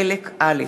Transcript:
חלק א'.